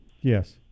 Yes